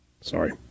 Sorry